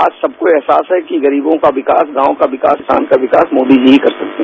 आज सबको अहसास है कि गरीबों का विकास गांव का विकास किसान का विकास मोदी जी कर सकते है